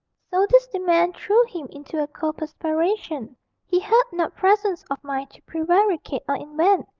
so this demand threw him into a cold perspiration he had not presence of mind to prevaricate or invent,